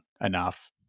enough